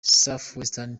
southeastern